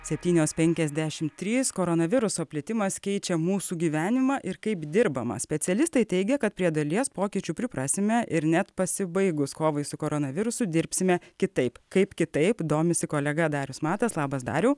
septynios penkiasdešimt trys koronaviruso plitimas keičia mūsų gyvenimą ir kaip dirbama specialistai teigia kad prie dalies pokyčių priprasime ir net pasibaigus kovai su koronavirusu dirbsime kitaip kaip kitaip domisi kolega darius matas labas dariau